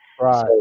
Right